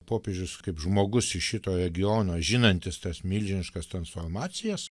popiežius kaip žmogus iš šito regiono žinantis tas milžiniškas transformacijas